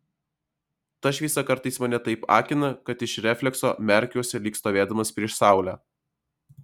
ta šviesa kartais mane taip akina kad iš reflekso merkiuosi lyg stovėdamas prieš saulę